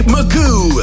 Magoo